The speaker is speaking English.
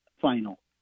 final